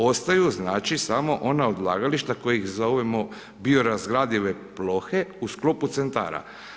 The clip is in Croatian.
Ostaju znači samo ona odlagališta koja zove biorazgradive plohe u sklopu centara.